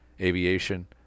Aviation